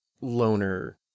loner